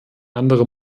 andere